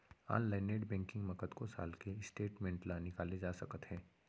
online net banking म कतको साल के स्टेटमेंट ल निकाले जा सकत हे